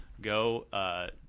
go